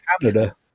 Canada